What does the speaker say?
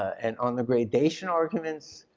and on the gradation arguments,